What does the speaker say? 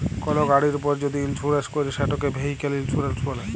call গাড়ির উপর যদি ইলসুরেলস ক্যরে সেটকে ভেহিক্যাল ইলসুরেলস ব্যলে